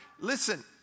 listen